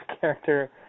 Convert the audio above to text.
character